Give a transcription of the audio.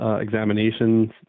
examinations